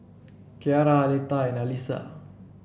Cierra Aletha and Alisa